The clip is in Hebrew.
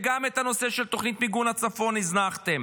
גם את נושא תוכנית מיגון הצפון הזנחתם,